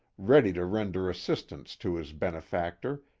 ready to render assistance to his benefactor,